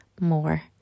more